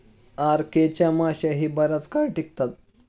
RK च्या माश्याही बराच काळ टिकतात